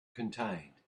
contained